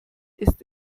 ist